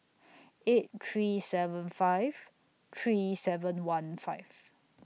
eight three seven five three seven one five